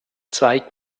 zeig